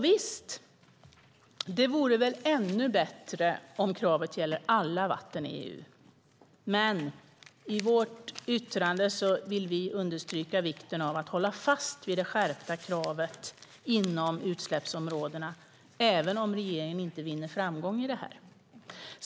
Visst vore det ännu bättre om kravet gällde alla vatten i EU, men i vårt yttrande understryker vi vikten av att hålla fast vid det skärpta kravet inom utsläppsområdena även om regeringen inte vinner framgång i detta.